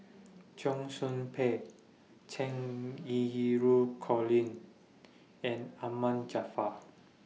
Cheong Soo Pieng Cheng Xinru Colin and Ahmad Jaafar